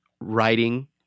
writing